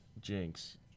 Jinx